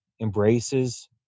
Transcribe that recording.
embraces